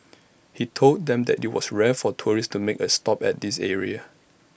he told them that IT was rare for tourists to make A stop at this area